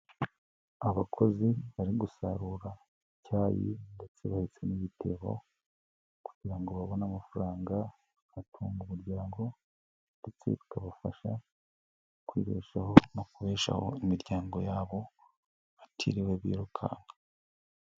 Abakozi bari gusarura icyayi ndetse bahetse ibitebo, kugira ngo babone amafaranga atunga umuryango, ndetse bikabafasha kwibeshaho no kubeshaho imiryango yabo, batiriwe birukanka.